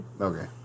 Okay